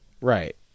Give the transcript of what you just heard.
Right